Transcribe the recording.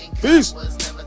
Peace